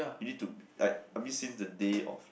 you need to like I mean since the the day of